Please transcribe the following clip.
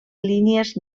línies